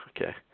okay